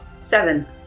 Seven